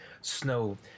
snow